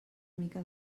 mica